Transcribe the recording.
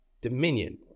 dominion